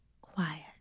Quiet